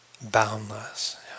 Boundless